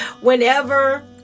whenever